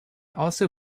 also